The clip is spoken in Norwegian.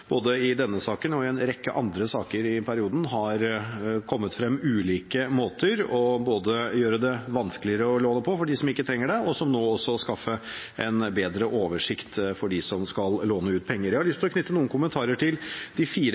både i denne saken og i en rekke andre saker i perioden har kommet frem ulike måter å gjøre det vanskeligere å låne på for dem som ikke trenger det, og som nå, å skaffe en bedre oversikt for dem som skal låne ut penger. Jeg har lyst til å knytte noen kommentarer til de fire